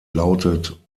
lautet